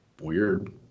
weird